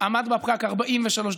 עמד בפקק 43 דקות,